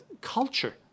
culture